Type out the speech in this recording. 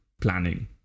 planning